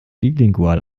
bilingual